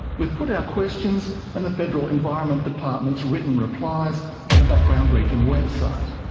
we've put our questions and the federal environment department's written replies on the background briefing website.